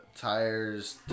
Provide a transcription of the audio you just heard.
tires